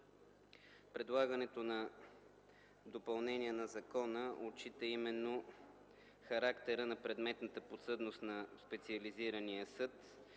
Предлагането на допълнения на закона отчита именно характера на предметната подсъдност на специализирания съд